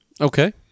Okay